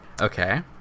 Okay